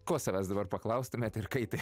ko savęs dabar paklaustumėt ir kai tai